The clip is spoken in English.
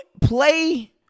play